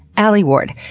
alie ward,